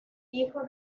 hijo